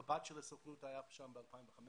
קצין הביטחון של הסוכנות היה שם ב-2015.